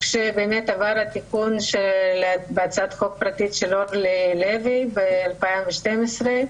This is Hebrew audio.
כשעבר התיקון בהצעת חוק פרטית של אורלי לוי ב-2012,